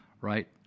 right